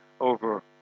over